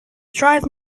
drive